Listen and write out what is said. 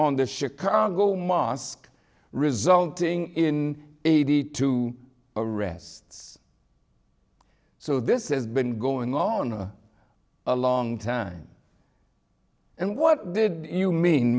on the chicago mosque resulting in eighty two arrests so this has been going on for a long time and what did you mean